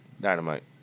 Dynamite